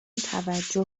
توجه